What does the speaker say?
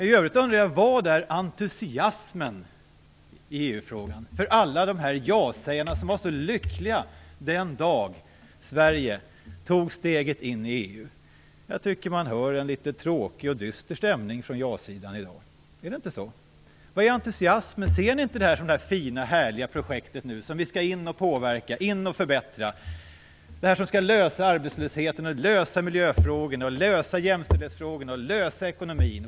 I övrigt undrar jag var entusiasmen i EU-frågan är hos alla de här ja-sägarna som var så lyckliga den dag Sverige tog steget in i EU. Jag tycker att man hör en litet tråkig och dyster stämning från ja-sidan i dag. Är det inte så? Var är entusiasmen? Ser ni inte det här som det fina härliga projektet nu, som vi skall in och påverka, in och förbättra, det som skall lösa problemen med arbetslösheten, lösa miljöfrågorna, lösa jämställdhetsfrågorna och lösa ekonomin?